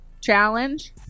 Challenge